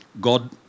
God